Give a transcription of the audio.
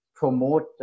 promote